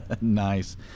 Nice